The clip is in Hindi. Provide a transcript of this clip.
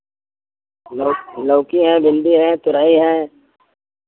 लौ लौकी है भिंडी है तोरई है